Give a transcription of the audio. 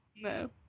no